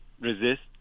resist